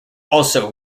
also